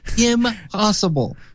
impossible